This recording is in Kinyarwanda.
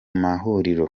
mahuriro